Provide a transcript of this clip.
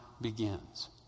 begins